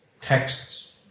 texts